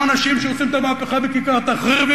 אנשים שעושים את המהפכה בכיכר תחריר,